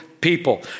people